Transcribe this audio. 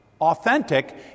authentic